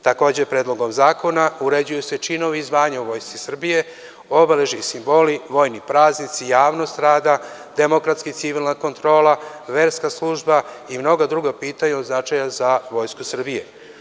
Takođe, predlogom zakona uređuju se činovi i zvanja u Vojsci Srbije, obeležje i simboli, vojni praznici, javnost rada, demokratski civilna kontrola, verska služba i mnoga druga pitanja od značaja za Vojsku Srbije.